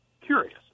curious